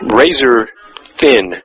razor-thin